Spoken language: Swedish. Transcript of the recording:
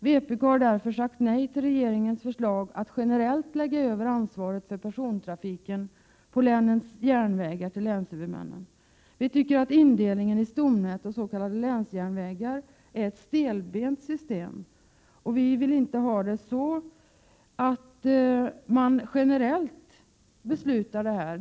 Vpk har därför sagt nej till regeringens förslag att generellt lägga över ansvaret för persontrafiken på länens järnvägar till länshuvudmännen. Vi tycker att indelningen i stomnät och s.k. länsjärnvägar är ett stelbent system. Vi vill inte att man generellt beslutar detta.